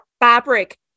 fabric